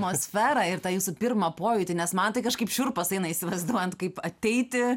mosferą ir tą jūsų pirmą pojūtį nes man tai kažkaip šiurpas eina įsivaizduojant kaip ateiti